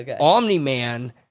Omni-Man